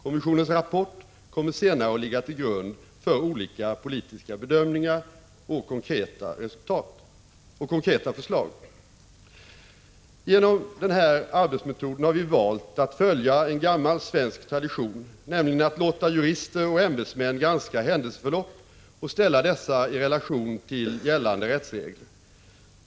Dess rapport kommer senare att ligga till grund för olika politiska bedömningar och konkreta förslag. Genom denna arbetsmetod har vi valt att följa en gammal svensk tradition, nämligen att låta jurister och ämbetsmän granska händelseförlopp och ställa dessa i relation till gällande rättsregler.